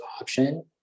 option